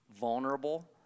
vulnerable